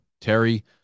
Terry